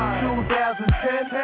2010